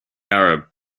arab